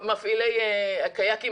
שמפעילי הקיאקים,